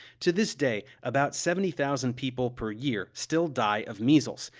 to this day, about seventy thousand people per year still die of measles,